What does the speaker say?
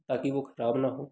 ताकि वो खराब ना हो